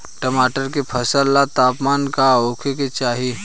टमाटर के फसल ला तापमान का होखे के चाही?